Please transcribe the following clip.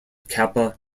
kappa